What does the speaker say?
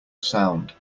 sound